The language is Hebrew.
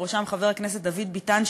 ובראשם חבר הכנסת דוד ביטן,